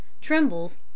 trembles